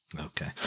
Okay